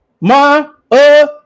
My-uh-